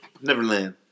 Neverland